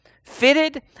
fitted